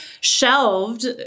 shelved